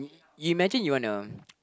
imagine you wanna